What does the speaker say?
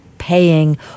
paying